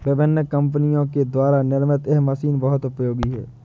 विभिन्न कम्पनियों के द्वारा निर्मित यह मशीन बहुत उपयोगी है